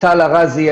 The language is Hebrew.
טל ארזי,